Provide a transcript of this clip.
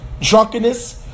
drunkenness